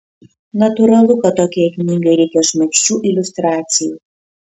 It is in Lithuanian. natūralu kad tokiai knygai reikia šmaikščių iliustracijų